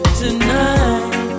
tonight